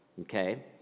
okay